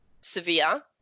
severe